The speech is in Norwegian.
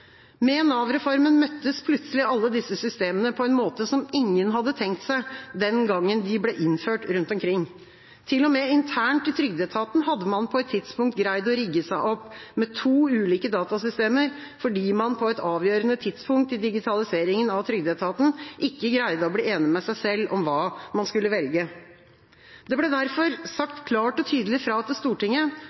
Med Nav-reformen møttes plutselig alle disse systemene på en måte som ingen hadde tenkt seg den gangen de ble innført rundt omkring. Til og med internt i trygdeetaten hadde man på et tidspunkt greid å rigge seg opp med to ulike datasystemer fordi man på et avgjørende tidspunkt i digitaliseringen av trygdeetaten ikke greide å bli enig med seg selv om hva man skulle velge. Det ble derfor sagt klart og tydelig fra til Stortinget